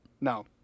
No